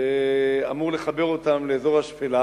שאמור לחבר אותם לאזור השפלה.